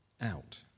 out